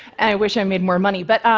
and i wish i made more money, but.